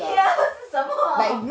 here 是什么